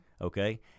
Okay